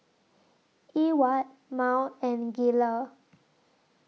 Ewart Mal and Gayle